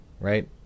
Right